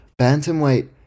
Bantamweight